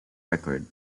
record